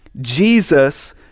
Jesus